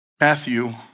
Matthew